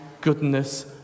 goodness